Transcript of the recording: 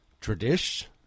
tradition